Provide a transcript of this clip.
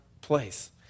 place